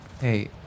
Hey